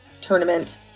tournament